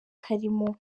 karimo